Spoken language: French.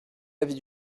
l’avis